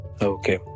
Okay